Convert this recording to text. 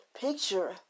picture